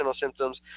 symptoms